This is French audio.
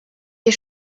est